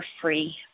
free